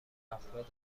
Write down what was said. افراد